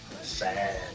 Sad